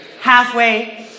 Halfway